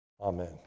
Amen